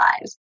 lives